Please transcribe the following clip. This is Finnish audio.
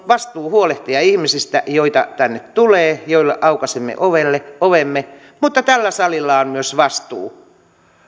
vastuu huolehtia ihmisistä joita tänne tulee joille aukaisemme ovemme ovemme mutta tällä salilla on myös vastuu